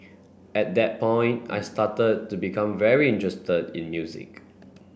at that point I started to become very interested in music